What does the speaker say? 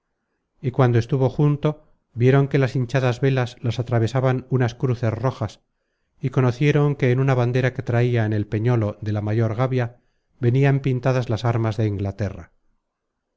y cuando estuvo junto vieron que las hinchadas velas las atravesaban unas cruces rojas y conocieron que en una bandera que traia en el peñolo de la mayor gavia venian pintadas las armas de inglaterra